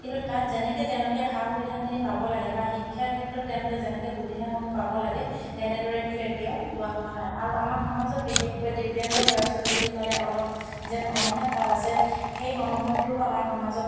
কিন্তু তাত যেনেকৈ তেওঁলোকে সা সুবিধাখিনি পাব লাগে বা শিক্ষাৰ ক্ষেত্ৰত তেওঁলোকে যেনেকৈ সুবিধাসমূহ পাব লাগে তেনেদৰে কিন্তু এতিয়াও পোৱা হোৱা নাই আৰু আমাৰ সমাজত বিশেষকৈ দিব্যাংগ ল'ৰা ছোৱালী বুলি ক'লে অলপ যেন অনিহা ভাৱ আছে সেই মনোভাৱটো আমাৰ সমাজত